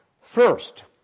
First